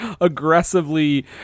aggressively